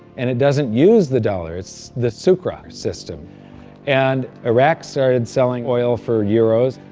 and it doesn't use the dollars, the sucre ah system and iraq started selling oil for euros